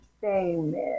famous